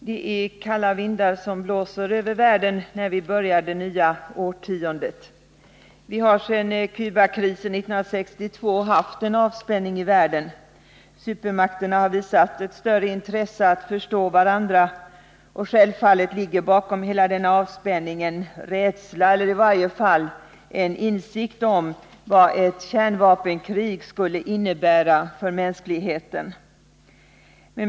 Herr talman! Det är kalla vindar som blåser över världen när vi börjar det nya årtiondet. Vi har sedan Cubakrisen 1962 haft en avspänning i världen. Supermakterna har visat ett större intresse för att förstå varandra, och självfallet ligger bakom hela den avspänningen rädsla eller i varje fall en insikt om vad ett kärnvapenkrig skulle innebära för mänskligheten.